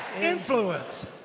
influence